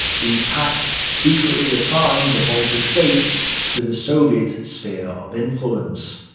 the pact secretly assigned the baltic states to the soviet sphere of influence.